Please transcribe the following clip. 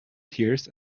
tears